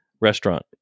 Restaurant